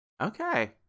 Okay